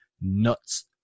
nuts